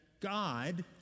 God